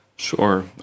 Sure